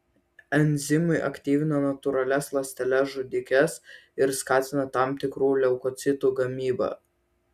enzimai aktyvina natūralias ląsteles žudikes ir skatina tam tikrų leukocitų gamybą